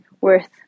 worth